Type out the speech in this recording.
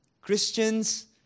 Christians